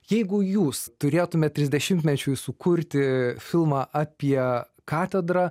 jeigu jūs turėtumėt trisdešimtmečiui sukurti filmą apie katedrą